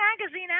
magazine